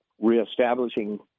reestablishing